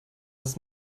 ist